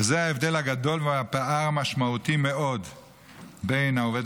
וזה ההבדל הגדול והפער המשמעותי מאוד בין העובד